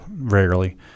rarely